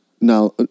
now